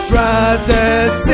Brothers